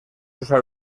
usar